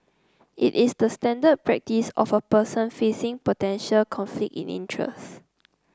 it is the standard practice of a person facing potential conflict in interest